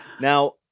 Now